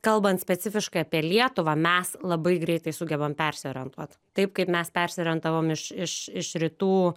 kalbant specifiškai apie lietuvą mes labai greitai sugebam persiorientuot taip kaip mes persiorientavom iš iš iš rytų